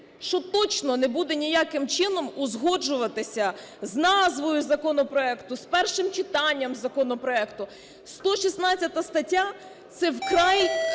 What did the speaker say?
що точно не буде ніяким чином узгоджуватися з назвою законопроекту, з першим читанням законопроекту. 116 стаття Регламенту